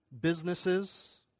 businesses